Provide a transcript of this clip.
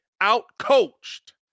out-coached